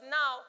now